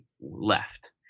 left